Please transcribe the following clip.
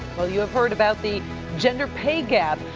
you have heard about the gender pay gap,